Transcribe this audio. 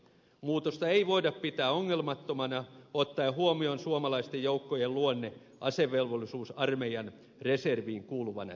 muutosta ei voida pitää ongelmattomana ottaen huomioon suomalaisten joukkojen luonne asevelvollisuusarmeijan reserviin kuuluvana joukkona